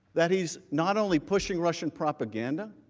that he is not only pushing russian propaganda,